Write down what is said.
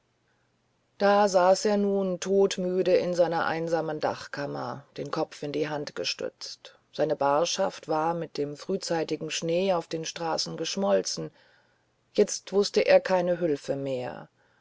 da saß er nun todmüde in seiner einsamen dachkammer den kopf in die hand gestützt seine barschaft war mit dem frühzeitigen schnee auf den straßen geschmolzen jetzt wußt er keine hülfe mehr